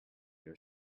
your